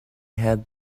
had